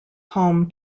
home